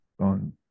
on